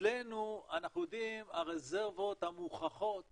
אצלנו אנחנו יודעים שהרזרבות המוכחות